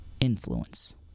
influence